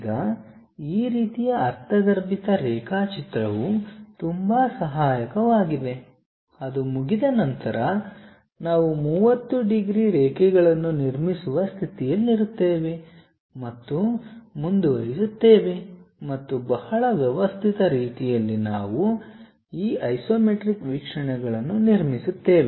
ಈಗ ಈ ರೀತಿಯ ಅರ್ಥಗರ್ಭಿತ ರೇಖಾಚಿತ್ರವು ತುಂಬಾ ಸಹಾಯಕವಾಗಿದೆ ಅದು ಮುಗಿದ ನಂತರ ನಾವು 30 ಡಿಗ್ರಿ ರೇಖೆಗಳನ್ನು ನಿರ್ಮಿಸುವ ಸ್ಥಿತಿಯಲ್ಲಿರುತ್ತೇವೆ ಮತ್ತು ಮುಂದುವರಿಸುತ್ತೇವೆ ಮತ್ತು ಬಹಳ ವ್ಯವಸ್ಥಿತ ರೀತಿಯಲ್ಲಿ ನಾವು ಈ ಐಸೊಮೆಟ್ರಿಕ್ ವೀಕ್ಷಣೆಗಳನ್ನು ನಿರ್ಮಿಸುತ್ತೇವೆ